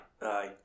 aye